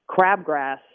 crabgrass